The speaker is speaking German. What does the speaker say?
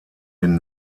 den